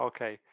Okay